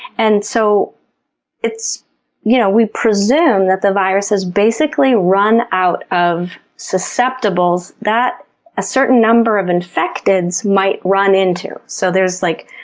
and so you know we presume that the virus has basically run out of susceptibles that a certain number of infecteds might run into. so there's, like,